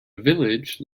village